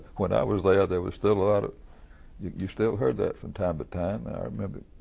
when i was there, there was still a lot of you still heard that from time to time, and i remember,